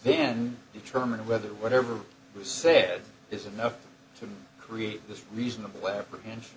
then determine whether whatever was said is enough to create this reasonable apprehension